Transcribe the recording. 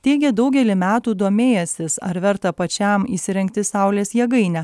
teigė daugelį metų domėjęsis ar verta pačiam įsirengti saulės jėgainę